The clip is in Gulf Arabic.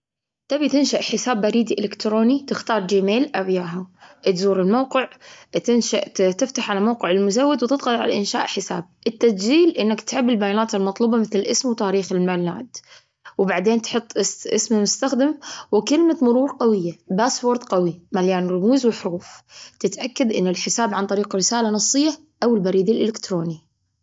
تبي تنشئ حساب بريدي إلكتروني؟ تختار جيميل أو ياهو، تزور الموقع، تنشأ-تفتح على موقع المزود، وتضغط على إنشاء حساب. التسجيل إنك تعبي البيانات المطلوبة مثل الاسم وتاريخ الميلاد. وبعدين، تحط اسم-اسم المستخدم وكلمة مرور قوية (باسوورد قوي مليان رموز وحروف). تتأكد إنه الحساب عن طريق رسالة نصية أو البريد الإلكتروني.